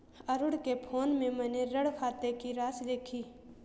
अरुण के फोन में मैने ऋण खाते की राशि देखी